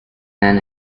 men